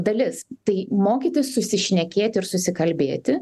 dalis tai mokytis susišnekėti ir susikalbėti